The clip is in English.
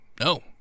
No